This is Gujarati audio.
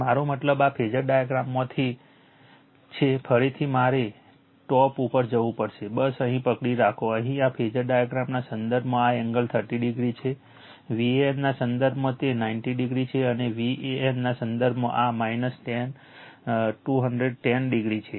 મારો મતલબ આ ફેઝર ડાયાગ્રામમાંથી છે ફરીથી મારે ટોપ ઉપર જવું પડશે બસ અહીં પકડી રાખો અહીં આ ફેઝર ડાયાગ્રામના સંદર્ભમાં આ એંગલ 30o છે Van ના સંદર્ભમાં તે 90o છે અને Van ના સંદર્ભમાં આ 210o છે